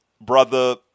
Brother